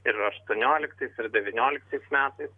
ir aštuonioliktais devynioliktais metais